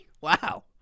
wow